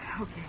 Okay